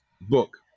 book